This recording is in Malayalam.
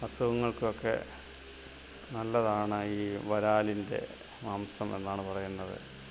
അസുഖങ്ങൾകൊക്കെ നല്ലതാണ് ഈ വരാലിൻ്റെ മാംസം എന്നാണ് പറയുന്നത്